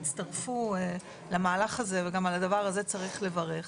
הצטרפו למהלך הזה וגם על הדבר הזה צריך לברך,